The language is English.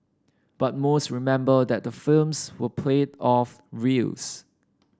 but most remember that the films were played off reels